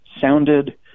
sounded